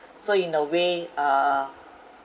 so in a way uh